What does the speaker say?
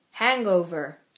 hangover